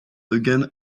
against